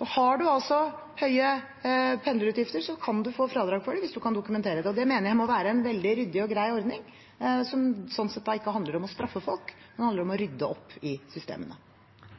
Har man høye pendlerutgifter, kan man altså få fradrag for det, hvis man kan dokumentere det. Det mener jeg må være en veldig ryddig og grei ordning, som sånn sett ikke handler om å straffe folk, men om å rydde opp i systemene.